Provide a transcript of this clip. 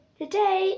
today